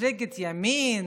מפלגת ימין,